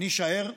נישאר מאחור.